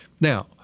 now